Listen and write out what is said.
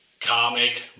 Comic